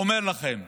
אומר לכם: